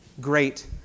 great